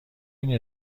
این